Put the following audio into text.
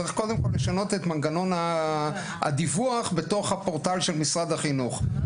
צריך קודם כול לשנות את מנגנון הדיווח בתוך הפורטל של משרד החינוך.